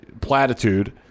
platitude